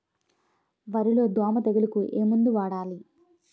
వరిలో దోమ తెగులుకు ఏమందు వాడాలి?